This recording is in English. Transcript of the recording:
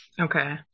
Okay